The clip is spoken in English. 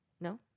no